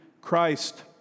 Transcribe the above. Christ